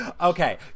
okay